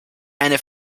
eine